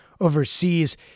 overseas